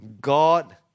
God